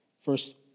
First